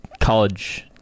college